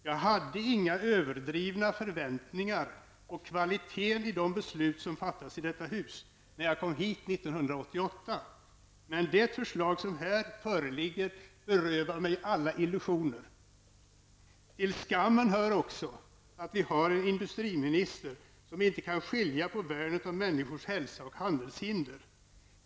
Jag hade inga överdrivna förväntningar på kvaliteten i de beslut som fattas i detta hus när jag kom hit 1988, men det förslag som här föreligger berövar mig alla illusioner. Till skammen hör också att vi har en industriministern som inte kan skilja på värn av människors hälsa och handelshinder.